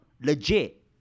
legit